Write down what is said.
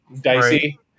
dicey